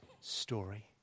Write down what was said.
story